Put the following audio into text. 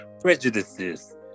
prejudices